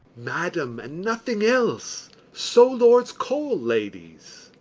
madam, and nothing else so lords call ladies.